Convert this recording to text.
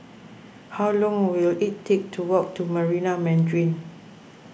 how long will it take to walk to Marina Mandarin